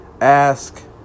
Ask